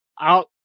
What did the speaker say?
out